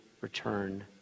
return